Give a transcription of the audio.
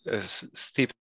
steep